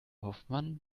hoffmann